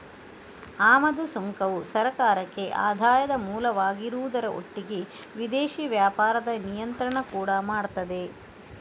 ಆಮದು ಸುಂಕವು ಸರ್ಕಾರಕ್ಕೆ ಆದಾಯದ ಮೂಲವಾಗಿರುವುದರ ಒಟ್ಟಿಗೆ ವಿದೇಶಿ ವ್ಯಾಪಾರದ ನಿಯಂತ್ರಣ ಕೂಡಾ ಮಾಡ್ತದೆ